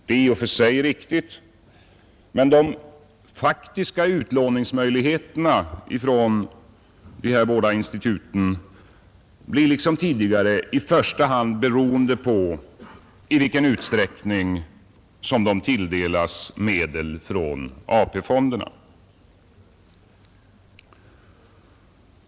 Det är i och för sig riktigt, men de faktiska utlåningsmöjligheterna för dessa båda institut blir liksom tidigare i första hand beroende på i vilken utsträckning de tilldelas medel från AP-fonderna.